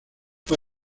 fue